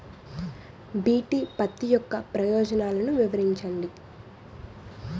BT పత్తి యొక్క ప్రయోజనాలను వివరించండి?